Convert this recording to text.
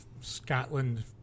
Scotland